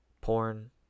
Porn